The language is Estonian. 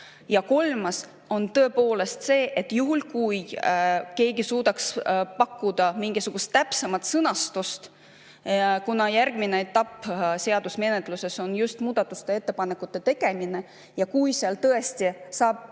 Ja kolmas on tõepoolest see, et juhul, kui keegi suudaks pakkuda mingisugust täpsemat sõnastust, kuna järgmine etapp seaduse menetluses on just muudatuste ettepanekute tegemine, ja kui seal tõesti saab